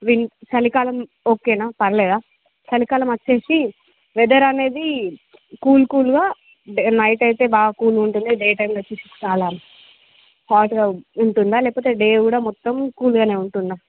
win చలికాలం ఓకేనా పర్లేదా చలికాలం వచ్చేసి వెదర్ అనేది కూల్ కూల్గా డే నైట్ అయితే బాగా కూల్గుంటుంది డే టైమ్లో వచ్చేసి చాలా హాట్గా ఉన్ ఉంటుందా లేకపోతె డే కూడా మొత్తం కూల్గానే ఉంటుందా